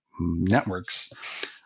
networks